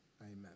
Amen